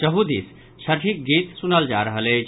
चहु दिस छठिक गीत सुनल जा रहल अछि